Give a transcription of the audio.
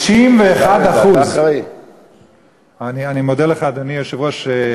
ש-51% אני מודה לך, אדוני היושב-ראש.